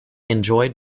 enjoyed